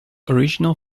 original